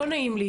לא נעים לי,